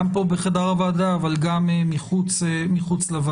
גם פה בחדר הוועדה, אבל גם מחוץ לוועדה.